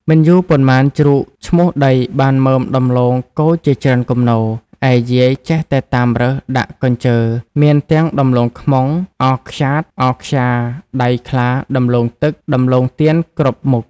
មិនយូរប៉ុន្មានជ្រូកឈ្មូសដីបានមើមដំំឡូងគរជាច្រើនគំនរ ឯយាយចេះតែតាមរើសដាក់កព្ជើាមានទាំងដំឡូងខ្មុង អខ្យាត អខ្យា ដៃខ្លា ដំឡូងទឹក ដំឡូងទានគ្រប់មុខ